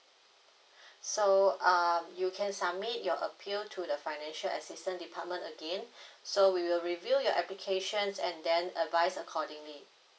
so uh you can submit your appeal to the financial assistance department again so we will review your applications and then advise accordingly